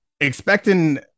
expecting